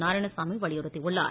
நாராயணசாமி வலியுறுத்தியுள்ளார்